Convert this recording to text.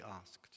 asked